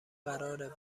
قراره